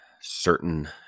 certain